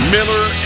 Miller